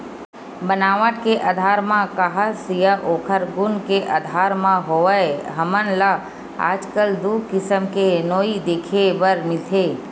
बनावट के आधार म काहस या ओखर गुन के आधार म होवय हमन ल आजकल दू किसम के नोई देखे बर मिलथे